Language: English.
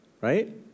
right